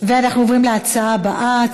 אנחנו עוברים להצעה הבאה,